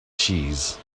cheese